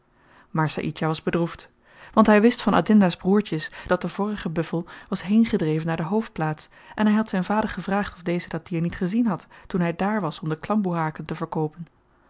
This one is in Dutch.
maar saïdjah was bedroefd want hy wist van adinda's broertjes dat de vorige buffel was heengedreven naar de hoofdplaats en hy had zyn vader gevraagd of deze dat dier niet gezien had toen hy dààr was om de klamboe haken te verkoopen